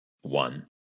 one